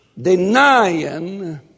denying